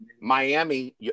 Miami